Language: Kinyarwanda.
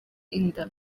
inda